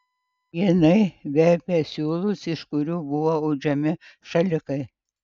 jinai verpė siūlus iš kurių buvo audžiami šalikai